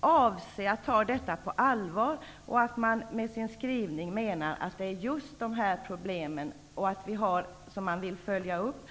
avser att ta detta på allvar och att man med sin skrivning menar att det är just de här problemen som man vill följa upp.